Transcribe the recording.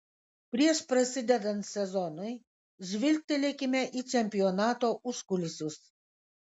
prieš prasidedant sezonui žvilgtelėkime į čempionato užkulisius